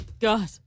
God